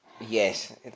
Yes